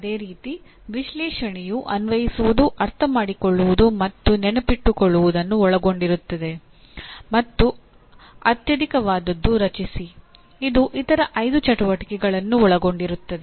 ಅದೇ ರೀತಿ ವಿಶ್ಲೇಷಣೆಯು ಅನ್ವಯಿಸುವುದು ಅರ್ಥಮಾಡಿಕೊಳ್ಳುವುದು ಮತ್ತು ನೆನಪಿಟ್ಟುಕೊಳ್ಳುವುದನ್ನು ಒಳಗೊಂಡಿರುತ್ತದೆ ಮತ್ತು ಅತ್ಯಧಿಕವಾದದ್ದು ರಚಿಸಿ ಇದು ಇತರ 5 ಚಟುವಟಿಕೆಗಳನ್ನೂ ಒಳಗೊಂಡಿರುತ್ತದೆ